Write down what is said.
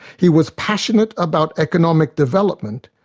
he was passionate about economic development,